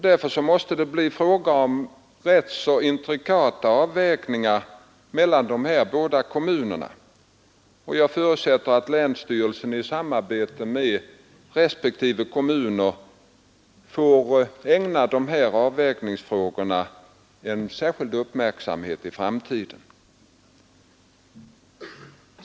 Därför måste det bli rätt så intrikata avvägningar mellan dessa båda kommuner. Jag förutsätter att länsstyrelsen i samarbete med respektive kommuner får ägna dessa avvägningsfrågor en särskild uppmärksamhet i framtiden.